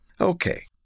Okay